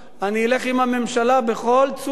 אני אלך עם הממשלה בכל צורה.